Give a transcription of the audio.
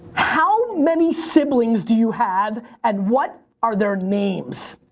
how many siblings do you have, and what are their names?